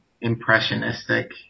impressionistic